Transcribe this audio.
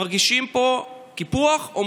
מרגישים קיפוח.